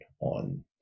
on